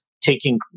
taking